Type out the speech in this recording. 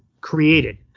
created